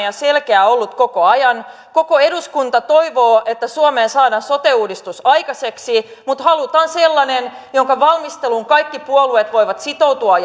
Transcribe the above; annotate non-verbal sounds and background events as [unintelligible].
[unintelligible] ja selkeä ollut koko ajan koko eduskunta toivoo että suomeen saadaan sote uudistus aikaiseksi mutta halutaan sellainen jonka valmisteluun kaikki puolueet voivat sitoutua [unintelligible]